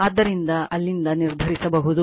ಆದ್ದರಿಂದ ಅಲ್ಲಿಂದ ನಿರ್ಧರಿಸಬಹುದು